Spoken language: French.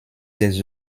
des